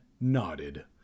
nodded